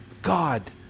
God